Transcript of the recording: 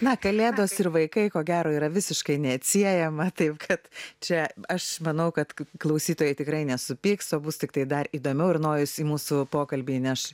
na kalėdos ir vaikai ko gero yra visiškai neatsiejama taip kad čia aš manau kad klausytojai tikrai nesupyks o bus tiktai dar įdomiau ir nojus į mūsų pokalbį įneš